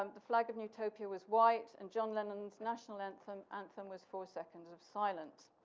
um the flag of nutopia was white and john lennon's national anthem anthem was four seconds of silence.